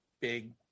big